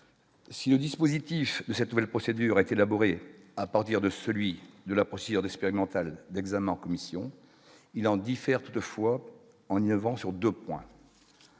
si le dispositif de cette nouvelle procédure est élaboré à partir de celui de la procédure d'expérimental d'examen en commission, il en diffère toutefois en innovant sur 2 points,